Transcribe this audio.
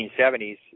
1970s